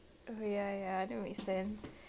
ya ya that makes sense